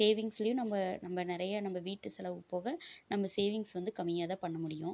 சேவிங்ஸ்லேயும் நம்ம நம்ம நிறையா நம்ம வீட்டு செலவு போக நம்ம சேவிங்ஸ் வந்து கம்மியாக தான் பண்ண முடியும்